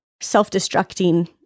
self-destructing